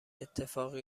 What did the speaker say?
اتفاقی